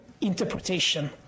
interpretation